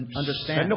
understand